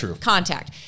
contact